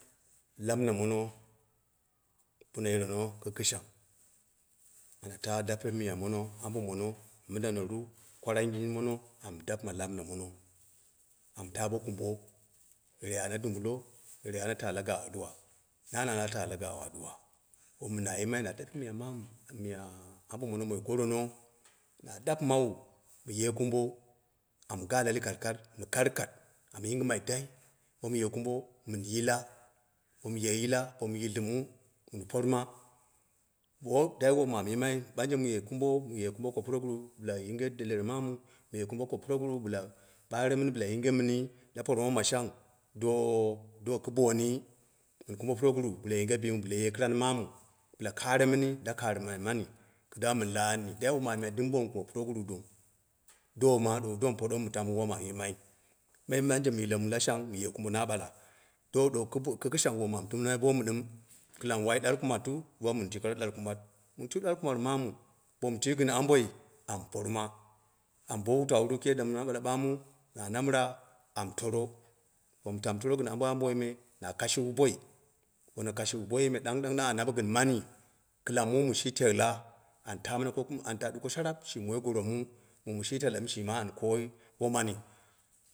La mina mono bono yi leno kɨkɨshan na da dape miya mono ambo mono, mindanoru kwarangin mono amu dapɨma la mina mono amu ta bo kumbo, yerei ana dumbo, yerei ana ta la gaawi addu'a, na na la talagaawi addu'am wom na yimai na dape miya mamu miya, ambo mono moi gorono na dapɨmawu ye kumbo, amu gaa la likalikart mɨ karkat, amu yimgima, dai mi kɨ umbo mu ye yila bo ye yila bo mu yildimu, min porma bo wom dai wom amu yimai ɓanje mɨ ye kumbo, mu ye kumbo gɨn ko puro gunu, bila yinge deren mama mu ye kumbo ko puro guru bɨla ɓare muni bɨla yinge muni la pormma shang do ki bonni min kumbo purogum bila yinge biimu bɨla ye kɨra mamu bɨla karemuni la karɨma mani, kida mɨn la anni dai wom amu yimai dɨm bomu kumbe puroguro dong. dooma do mu poɗomu dong mu tamu ye wom amu yim ai me ɓangje mu yilemo ba shang mu ye kumbo na ɓala do ɗo kɨkɨshang wom amu tɨmnimai bomu ɗɨm kɨlang wai ɗwal k umatlu ɗawa mɨn tai ɗuwal kam at mamu bo tui gɨn amboi amu porma kɨma, amu bo wutauru. kii yanda ɓamu na ɓala na namira amu toro bo mu tamu toro gɨn amboi me na kashiwu boi bona kashiwu boi me ɗang ɗang anya ma gɨn mani kɨlang mumi shi teela. an taa mina koku ma an ta ɗuko sharap shi moi goro mu mɨ shi teela ɗɨm an ko ye womani.